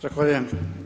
Zahvaljujem.